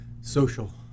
Social